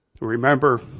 Remember